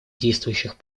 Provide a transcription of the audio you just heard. действующих